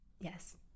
Yes